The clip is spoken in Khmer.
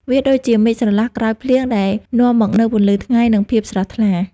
វាដូចជាមេឃស្រឡះក្រោយភ្លៀង ដែលនាំមកនូវពន្លឺថ្ងៃ និងភាពស្រស់ថ្លា។